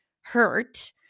hurt